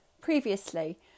previously